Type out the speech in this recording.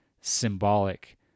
symbolic